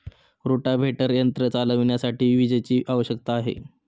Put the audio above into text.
rotavator यंत्र चालविण्यासाठी विजेची आवश्यकता आहे